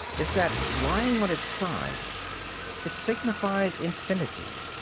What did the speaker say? is that lying on its side it signifies infinity.